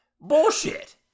Bullshit